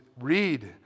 read